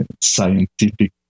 scientific